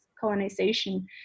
colonization